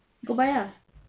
go buy ah